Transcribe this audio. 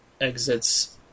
exits